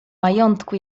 majątku